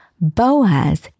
Boaz